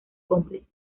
cómplices